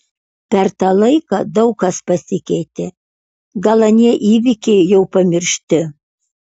per tą laiką daug kas pasikeitė gal anie įvykiai jau pamiršti